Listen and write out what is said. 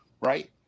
right